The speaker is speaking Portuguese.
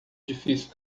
difícil